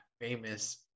famous